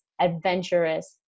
adventurous